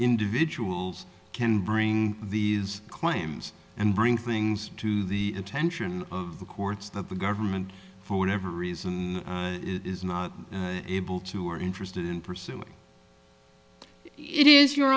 individuals can bring these claims and bring things to the attention of the courts that the government for whatever reason is not able to or interested in pursuing it is you